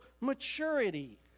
maturity